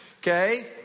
Okay